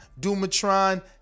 Dumatron